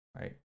Right